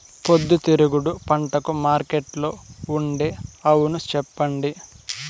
పొద్దుతిరుగుడు పంటకు మార్కెట్లో ఉండే అవును చెప్పండి?